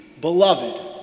beloved